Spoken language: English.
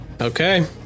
Okay